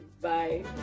Bye